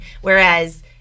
Whereas